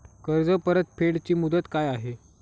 कर्ज परतफेड ची मुदत काय आहे?